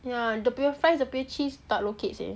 ya dia punya fries dia punya cheese tak lokek seh